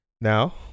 Now